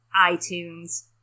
iTunes